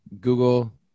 Google